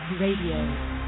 Radio